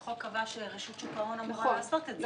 החוק קבע שרשות שוק ההון אמורה לעשות את זה.